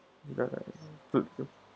ya good good